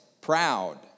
proud